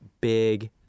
big